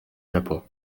japon